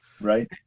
Right